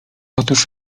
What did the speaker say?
otóż